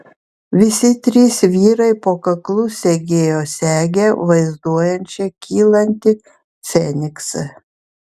visi trys vyrai po kaklu segėjo segę vaizduojančią kylantį feniksą